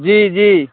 जी जी